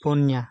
ᱯᱩᱱᱭᱟ